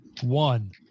One